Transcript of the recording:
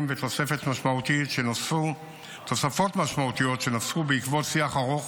ותוספות משמעותיות שנוספו בעקבות שיח ארוך